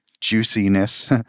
juiciness